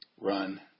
run